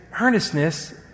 earnestness